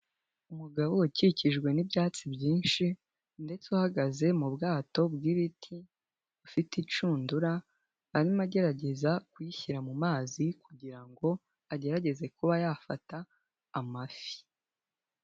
Umugabo ukikijwe n'ibyatsi byinshi, ndetse uhagaze mu bwato bw'ibiti, ufite inshundura, arimo agerageza kuyishyira mu mazi, kugira ngo agerageze kuba yafata amafi.